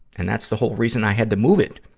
and that's the whole reason i had to move it,